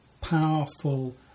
powerful